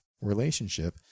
Relationship